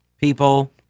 people